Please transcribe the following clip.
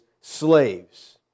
slaves